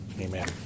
Amen